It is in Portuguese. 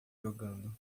jogando